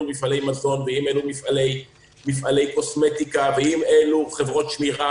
מפעלי מזון ואם אלו מפעלי קוסמטיקה ואם אלו חברות שמירה